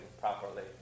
properly